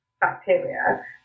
bacteria